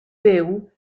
byw